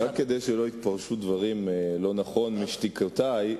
רק שלא יתפרשו דברים לא נכון משתיקותי,